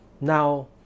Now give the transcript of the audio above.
Now